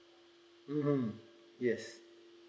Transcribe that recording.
mmhmm yes